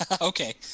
Okay